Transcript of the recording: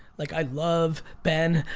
like i love ben,